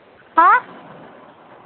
ꯍꯥ